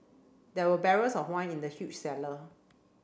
there were barrels of wine in the huge cellar